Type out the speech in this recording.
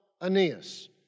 Aeneas